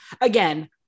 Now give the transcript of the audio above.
again